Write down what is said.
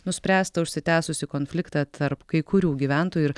nuspręsta užsitęsusį konfliktą tarp kai kurių gyventojų ir